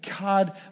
God